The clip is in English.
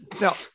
now